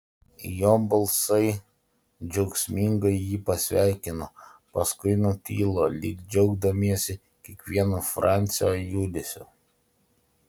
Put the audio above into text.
jo balsai džiaugsmingai jį pasveikino paskui nutilo lyg džiaugdamiesi kiekvienu francio judesiu